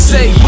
Say